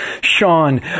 Sean